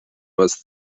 was